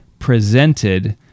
Presented